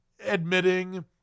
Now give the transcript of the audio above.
admitting